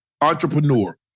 Entrepreneur